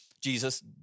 Jesus